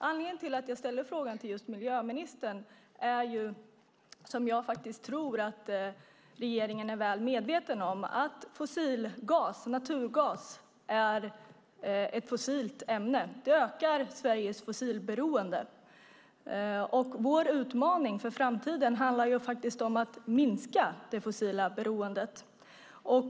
Anledningen till att jag ställde frågan till just miljöministern är, som jag faktiskt tror att regeringen är väl medveten om, att fossilgas, naturgas, är ett fossilt ämne. Det ökar Sveriges fossilberoende, och vår utmaning för framtiden handlar om att minska det fossila beroendet.